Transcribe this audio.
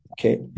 Okay